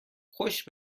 خوش